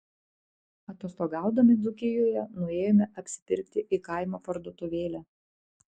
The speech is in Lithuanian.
atostogaudami dzūkijoje nuėjome apsipirkti į kaimo parduotuvėlę